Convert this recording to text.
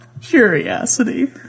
curiosity